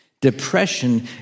Depression